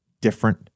different